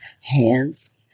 hands